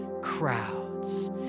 crowds